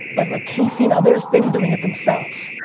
but like casing others, they were doing it themselves.